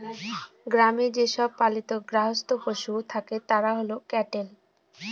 গ্রামে যে সব পালিত গার্হস্থ্য পশু থাকে তারা হল ক্যাটেল